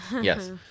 Yes